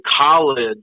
college –